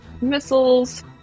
missiles